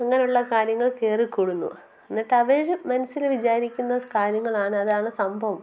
അങ്ങനെ ഉള്ള കാര്യങ്ങൾ കയറി കൂടുന്നു എന്നിട്ട് അവർ മനസ്സിൽ വിചാരിക്കുന്ന കാര്യങ്ങൾ ആണ് അതാണ് സംഭവം